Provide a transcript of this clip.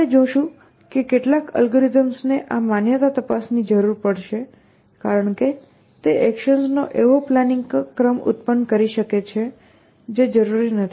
આપણે જોશું કે કેટલાક અલ્ગોરિધમ્સને આ માન્યતા તપાસની જરૂર પડશે કારણ કે તે એકશન્સ નો એવો પ્લાનિંગ ક્રમ ઉત્પન્ન કરી શકે છે જે જરૂરી નથી